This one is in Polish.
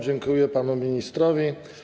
Dziękuję panu ministrowi.